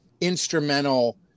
instrumental